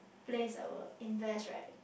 place I will invest right